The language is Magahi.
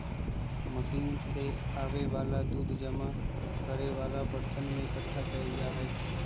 मशीन से आबे वाला दूध जमा करे वाला बरतन में एकट्ठा कएल जाई छई